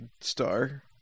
Star